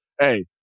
Hey